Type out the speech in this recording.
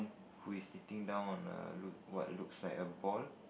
who is sitting down on a look what looks like a ball